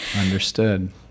Understood